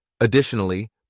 Additionally